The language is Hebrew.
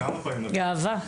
גאווה.